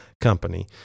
Company